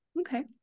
okay